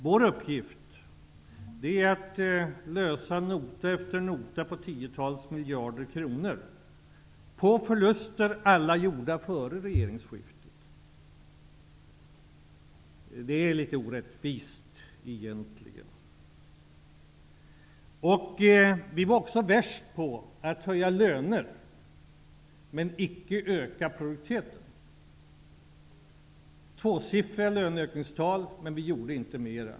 Vår uppgift är att lösa nota efter nota med förluster på tiotals miljarder kronor, alla gjorda före regeringsskiftet. Det är egentligen litet orättvist. Vi var också värst på att höja löner utan att öka produktiviteten. Vi hade tvåsiffriga löneökningstal, men vi gjorde inte mer.